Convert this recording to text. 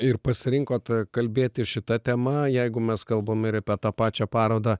ir pasirinkot kalbėti šita tema jeigu mes kalbam ir apie tą pačią parodą